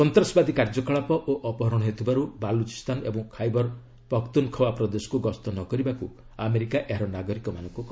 ସନ୍ତାସବାଦୀ କାର୍ଯ୍ୟକଳାପ ଓ ଅପହରଣ ହେଉଥିବାରୁ ବାଲୁଚିସ୍ତାନ ଏବଂ ଖାଇବର ପଖ୍ତୁନ୍ଖୱା ପ୍ରଦେଶକୁ ଗସ୍ତ ନ କରିବାକୁ ଆମେରିକା ଏହାର ନାଗରିକମାନଙ୍କୁ କହିଛି